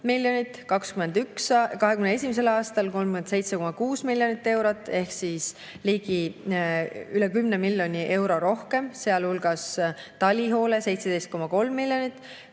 2021. aastal 37,6 miljonit eurot ehk üle 10 miljoni euro rohkem, sealhulgas talihoole 17,3 miljonit.